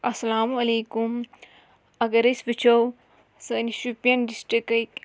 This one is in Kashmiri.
اَسَلامُ علیکُم اگر أسۍ وٕچھو سٲنِس شُپیَن ڈِسٹِرٛکٕکۍ